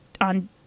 on